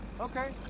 Okay